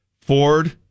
Ford